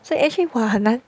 so actually !wah! 很难